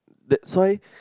that's why